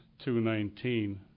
219